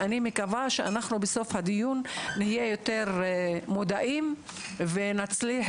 אני מקווה שבסוף הדיון נהיה יותר מודעים ושנצליח